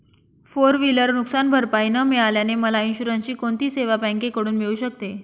Four wheeler नुकसानभरपाई न मिळाल्याने मला इन्शुरन्सची कोणती सेवा बँकेकडून मिळू शकते?